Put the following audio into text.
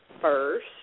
first